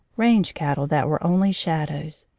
range cattle that were only shadows.